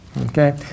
okay